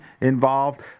involved